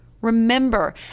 remember